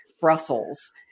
Brussels